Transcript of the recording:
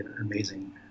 amazing